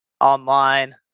online